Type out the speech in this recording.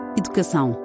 educação